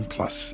Plus